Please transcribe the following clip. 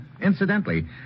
Incidentally